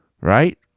Right